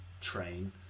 train